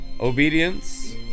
obedience